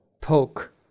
poke